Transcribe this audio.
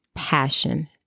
passion